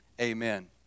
Amen